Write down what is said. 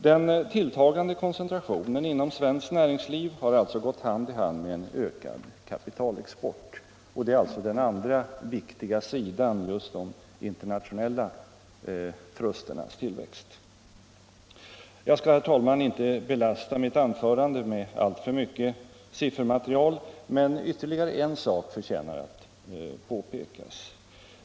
Den tilltagande koncentrationen inom svenskt näringsliv har alltså gått hand i hand med en ökad kapitalexport, och just de internationella trusternas tillväxt är den andra viktiga sidan. Jag skall, herr talman, inte belasta mitt anförande med alltför mycket siffermaterial, men ytterligare en sak förtjänar att påpekas.